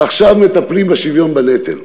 עכשיו מטפלים בשוויון בנטל?